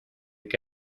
que